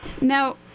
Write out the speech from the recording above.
Now